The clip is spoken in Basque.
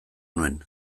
nuen